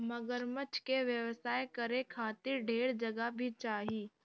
मगरमच्छ के व्यवसाय करे खातिर ढेर जगह भी चाही